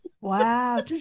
Wow